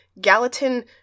Gallatin